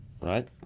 right